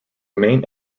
main